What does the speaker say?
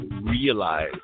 realize